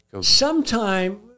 sometime